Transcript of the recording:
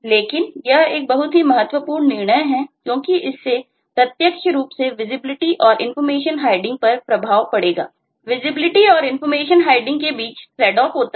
लेकिन यह एक बहुत ही महत्वपूर्ण निर्णय है क्योंकि इससे प्रत्यक्ष रूप से विजिबिलिटी होता है